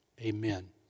amen